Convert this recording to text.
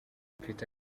mfite